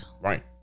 Right